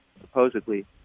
supposedly